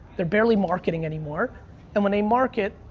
they're barely marketing anymore and when they market,